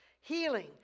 Healing